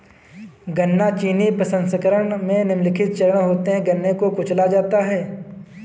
गन्ना चीनी प्रसंस्करण में निम्नलिखित चरण होते है गन्ने को कुचला जाता है